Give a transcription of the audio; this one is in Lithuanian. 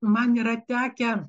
man yra tekę